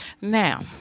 Now